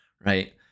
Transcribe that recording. right